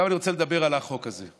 עכשיו אני רוצה לדבר על החוק הזה.